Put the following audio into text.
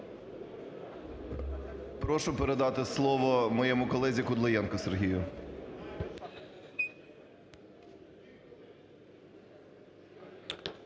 Прошу передати слово моєму колезі Кудлаєнку Сергію.